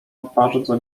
bardzo